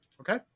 Okay